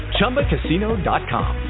ChumbaCasino.com